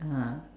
uh